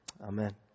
amen